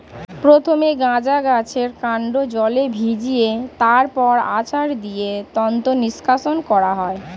প্রথমে গাঁজা গাছের কান্ড জলে ভিজিয়ে তারপর আছাড় দিয়ে তন্তু নিষ্কাশণ করা হয়